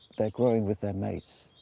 they're growing with their mates.